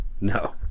No